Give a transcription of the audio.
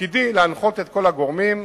תפקידי להנחות את כל הגורמים.